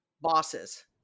bosses